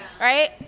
right